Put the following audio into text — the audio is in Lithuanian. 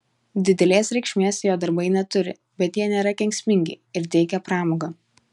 didelės reikšmės jo darbai neturi bet jie nėra kenksmingi ir teikia pramogą